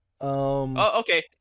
Okay